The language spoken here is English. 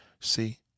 See